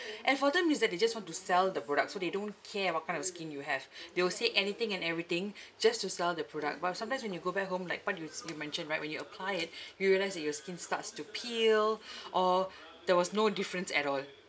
and for them is that they just want to sell the products so they don't care what kind of skin you have they will say anything and everything just to sell their product but sometimes when you go back home like what yous you mentioned right when you apply it you realised that your skin starts to peel or there was no difference at all